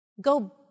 go